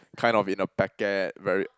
kind of in a packet very